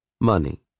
Money